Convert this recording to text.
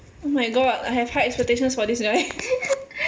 oh my god I have high expectations for this guy